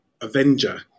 Avenger